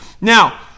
Now